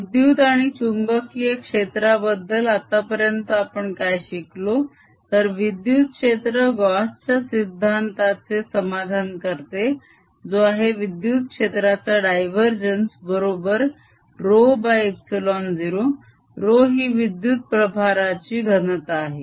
विद्युत आणि चुंबकीय क्षेत्राबद्दल आता पर्यंत आपण काय शिकलो तर विद्युत क्षेत्र गॉसच्या सिद्धांताचे Gauss's law समाधान करते जो आहे विद्युत क्षेत्राचा डायवरजेन्स बरोबर ρε0 ρ ही विद्युत प्रभाराची घनता आहे